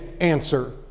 answer